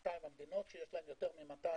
200 המדינות שיש להן יותר מ-200